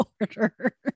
order